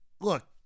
look